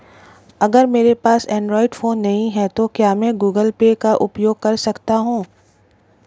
अगर मेरे पास एंड्रॉइड फोन नहीं है तो क्या मैं गूगल पे का उपयोग कर सकता हूं?